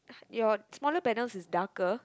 your smaller panels is darker